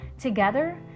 together